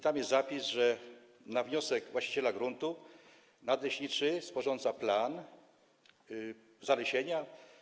Tam jest zapis, że na wniosek właściciela gruntu nadleśniczy sporządza plan zalesienia.